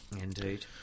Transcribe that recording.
Indeed